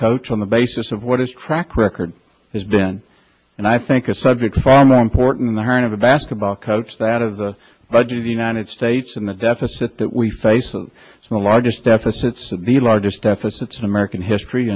coach on the basis of what his track record has been and i think a subject far more important the heart of a basketball coach that of the budget of the united states and the deficit that we face so the largest deficits the largest deficits in american history